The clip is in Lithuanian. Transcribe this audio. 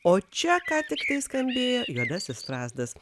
o čia ką tiktai skambėjo juodasis strazdas